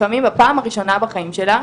לפעמים בפעם הראשונה בחיים שלה,